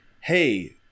hey